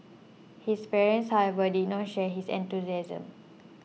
his parents however did not share his enthusiasm